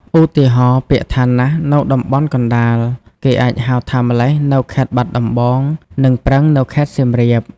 ឧទាហរណ៍ ពាក្យថា "ណាស់" នៅតំបន់កណ្តាល គេអាចហៅថា "ម៉្លេះ" នៅខេត្តបាត់ដំបង និង "ប្រឹង" នៅខេត្តសៀមរាប។